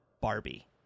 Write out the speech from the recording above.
Barbie